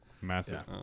massive